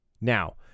Now